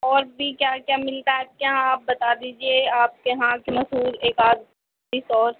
اور بی کیا کیا ملتا ہے آپ کے یہاں آپ بتا دیجیے آپ کے یہاں کی مشہور ایک آدھ چیز اور